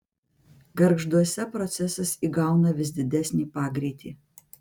gargžduose procesas įgauna vis didesnį pagreitį